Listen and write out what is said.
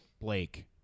Blake